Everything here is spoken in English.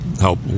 help